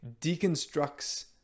deconstructs